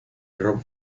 rob